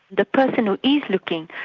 the person who is looking.